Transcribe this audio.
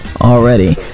already